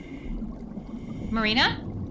Marina